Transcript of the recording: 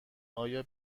آیا